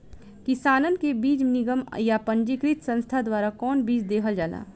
किसानन के बीज निगम या पंजीकृत संस्था द्वारा कवन बीज देहल जाला?